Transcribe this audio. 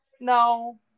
no